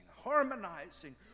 harmonizing